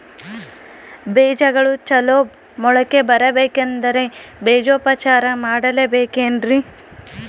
ಬೇಜಗಳು ಚಲೋ ಮೊಳಕೆ ಬರಬೇಕಂದ್ರೆ ಬೇಜೋಪಚಾರ ಮಾಡಲೆಬೇಕೆನ್ರಿ?